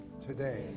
today